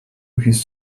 his